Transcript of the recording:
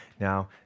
Now